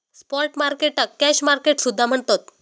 spot मार्केटाक cash market सुद्धा म्हणतत